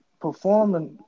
performing